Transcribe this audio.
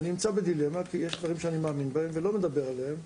אני נמצא בדילמה כי יש דברים שאני מאמין בהם ולא מדבר עליהם.